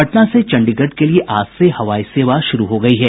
पटना से चंडीगढ़ के लिये आज से हवाई सेवा शुरू हो गयी हैं